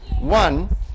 One